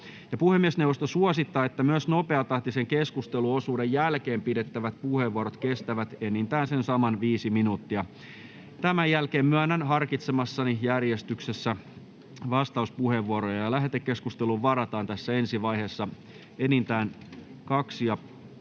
Puhemiesneuvosto suosittaa, että myös nopeatahtisen keskusteluosuuden jälkeen pidettävät puheenvuorot kestävät enintään sen saman 5 minuuttia. Tämän jälkeen myönnän harkitsemassani järjestyksessä vastauspuheenvuoroja. Lähetekeskusteluun varataan ensi vaiheessa enintään kaksi